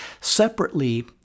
Separately